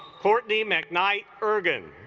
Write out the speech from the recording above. courtney mcknight bergen